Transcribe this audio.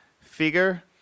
figure